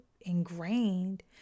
ingrained